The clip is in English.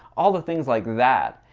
all the things like that.